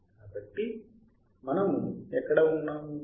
కాబట్టి మనము ఎక్కడ ఉన్నాము